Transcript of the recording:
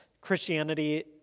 Christianity